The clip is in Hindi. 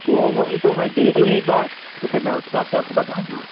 वो वही तो मैं देख लूँ एक बार तो फिर मैं उस हिसाब से आपको बताऊँगा